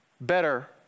better